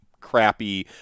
crappy